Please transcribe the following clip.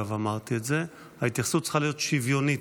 ההתייחסות צריכה להיות שוויונית.